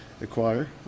acquire